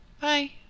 Bye